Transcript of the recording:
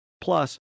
plus